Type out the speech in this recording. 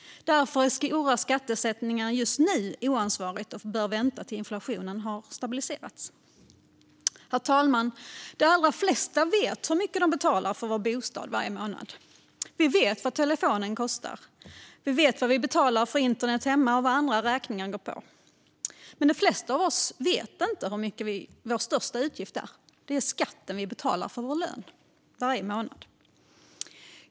Därför är stora skattesänkningar just nu oansvarigt och bör vänta tills inflationen har stabiliserats. Herr talman! De allra flesta av oss vet hur mycket vi betalar för vår bostad varje månad. Vi vet vad telefonen kostar. Vi vet vad vi betalar för internet hemma och vad andra räkningar går på. Men de flesta av oss vet inte hur mycket vår största utgift är. Det är skatten vi betalar på vår lön varje månad.